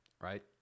right